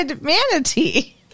manatee